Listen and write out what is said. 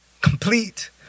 complete